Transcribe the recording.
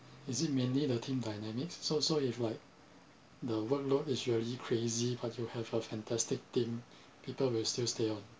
is it mainly the team dynamics so so if like the workload is really crazy but you have a fantastic team people will still stay on